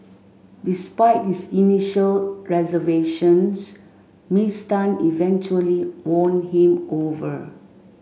despite his initial reservations Miss Tan eventually won him over